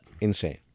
insane